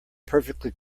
perfectly